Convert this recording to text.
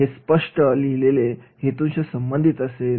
हे स्पष्टपणे लिहिलेले हेतूशी संबंधित असेल